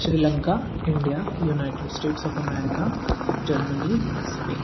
Sri Lanka India United States of America Germany Spain